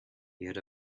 heard